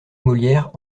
molière